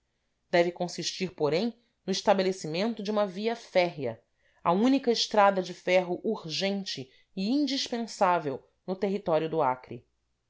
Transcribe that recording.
deve consistir porém no estabelecimento de uma via férrea a única estrada de ferro urgente e àindispensável no território do acre